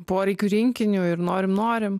poreikių rinkiniu ir norim norim